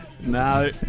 No